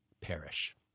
perish